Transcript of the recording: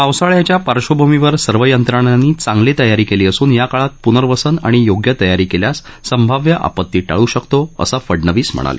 पावसाळ्याच्या पार्श्वभूमीवर सर्व यंत्रणांनी चांगली तयारी केली असून या काळात प्नर्वसन आणि योग्य तयारी केल्यास संभाव्य आपती टाळू शकतो असं फडणवीस म्हणाले